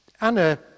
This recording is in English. Anna